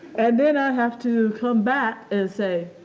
and then i have to come back and say,